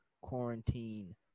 quarantine